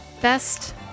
Best